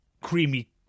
creamy